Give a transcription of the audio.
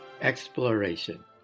Exploration